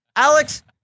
Alex